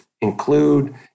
include